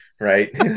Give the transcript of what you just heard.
right